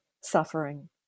suffering